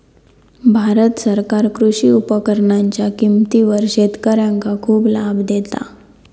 भारत सरकार कृषी उपकरणांच्या किमतीवर शेतकऱ्यांका खूप लाभ देता